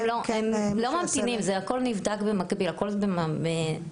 הם לא ממתינים, זה הכל נבדק במקביל, טכנולוגית.